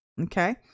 okay